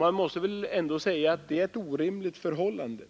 Man måste väl ändå säga att det är ett orimligt förhållande.